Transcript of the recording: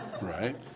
right